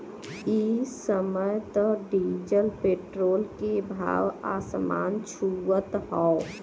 इ समय त डीजल पेट्रोल के भाव आसमान छुअत हौ